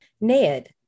Ned